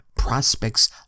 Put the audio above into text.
prospects